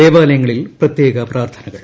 ദേവാലായങ്ങളിൽ പ്രത്യേക പ്രാർത്ഥനകൾ